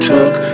Took